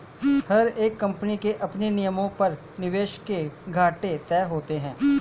हर एक कम्पनी के अपने नियमों पर निवेश के घाटे तय होते हैं